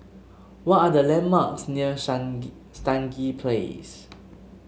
what are the landmarks near Stangee Place